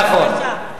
נכון.